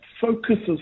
focuses